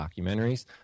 documentaries